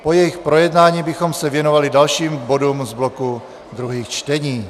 Po jejich projednání bychom se věnovali dalším bodům z bloku druhých čtení.